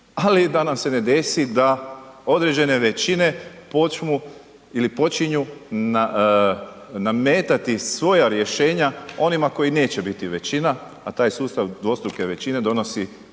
ali da nam se ne desi da određene većine počnu ili počinju nametati svoja rješenja onima koji neće biti većina a taj sustav dvostruke većine donosi